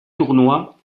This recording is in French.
tournoi